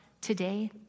today